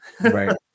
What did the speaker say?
Right